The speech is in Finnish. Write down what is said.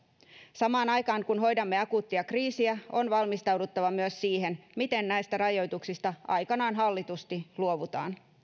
samaan aikaan kun hoidamme akuuttia kriisiä on valmistauduttava myös siihen miten näistä rajoituksista aikanaan hallitusti luovutaan